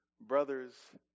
brothers